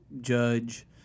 judge